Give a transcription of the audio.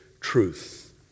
truth